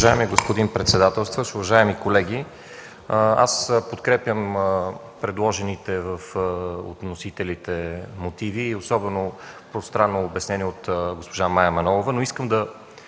Уважаеми господин председател, уважаеми колеги! Аз подкрепям предложените от вносителите мотиви, особено пространното обяснение на госпожа Мая Манолова. Искам да